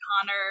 Connor